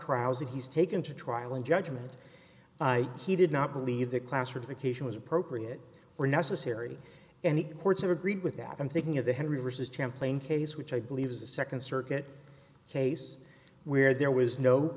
crowds that he's taken to trial and judgment i he did not believe the classrooms occasion was appropriate were necessary and the courts have agreed with that i'm thinking of the henry versus trampling case which i believe is the second circuit case where there was no